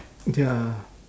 ya